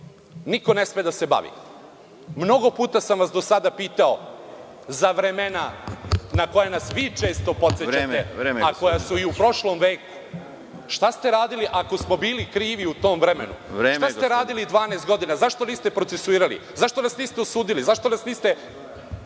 niko ne sme time da se bavi. Mnogo puta sam vas do sada pitao za vremena na koja nas vi često podsećate, a koja su i u prošlom veku.(Predsedavajući: Vreme.)Šta ste radili ako smo bili krivi u tom vremenu? Šta ste radili 12 godina? Zašto niste procesuirali? Zašto nas niste osudili? Zašto nas niste